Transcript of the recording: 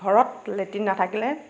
ঘৰত লেট্ৰিন নাথাকিলে